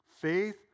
Faith